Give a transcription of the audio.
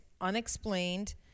unexplained